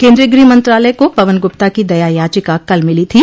केन्द्रीय गृह मंत्रालय को पवन गुप्ता की दया याचिका कल मिली थी